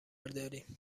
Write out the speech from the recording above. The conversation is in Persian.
داریم